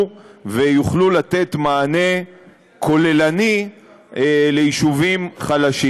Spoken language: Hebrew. ויוכלו לתת מענה כוללני ליישובים חלשים.